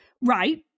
Right